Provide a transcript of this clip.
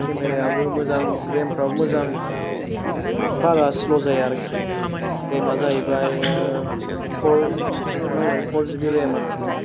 केमेरायाबो मोजां रेमफ्राबो मोजां मानि बारा स्ल' जाया आरकि रेमा जायैबाय मा होनोमोनलाय फर जिबि रेम आरकि